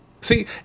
See